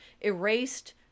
erased